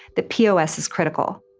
the pos is critical.